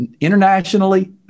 Internationally